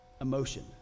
emotion